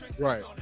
Right